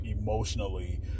emotionally